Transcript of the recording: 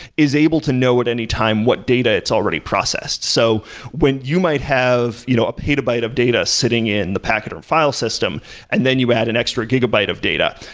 is able to know at any time what data it's already processed. so when you might have you know a petabyte of data sitting in the pachyderm file system and then you add an extra gigabyte of data,